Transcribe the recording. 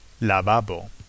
lavabo